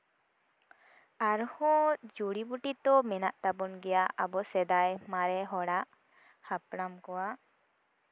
ᱟᱨᱦᱚᱸ ᱡᱩᱲᱤᱵᱩᱴᱤ ᱛᱚ ᱢᱮᱱᱟᱜ ᱛᱟᱵᱚᱱ ᱜᱮᱭᱟ ᱟᱵᱚ ᱥᱮᱫᱟᱭ ᱢᱟᱨᱮ ᱦᱚᱲᱟᱜ ᱦᱟᱯᱲᱟᱢ ᱠᱚᱣᱟᱜ